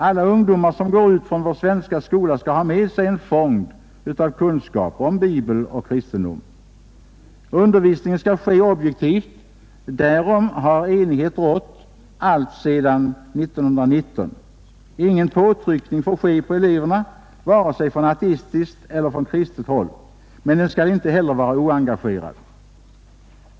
Alla ungdomar som går ut från vår svenska skola skall ha med sig en fond av kunskap om Bibeln och kristendomen. Undervisningen skall ske objektivt — därom har enighet rått alltsedan 1919. Ingen påtryckning får ske på eleverna, vare sig från ateistiskt eller kristet håll. Men den skall inte därför vara oengagerad.